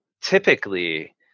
typically